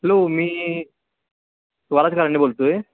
hello मी स्वराज कारंडे बोलतो आहे